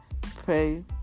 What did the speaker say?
pray